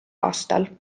aastal